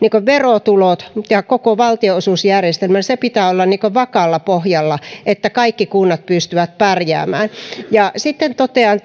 verotulojen ja koko valtionosuusjärjestelmän pitää olla vakaalla pohjalla että kaikki kunnat pystyvät pärjäämään sitten totean